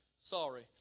sorry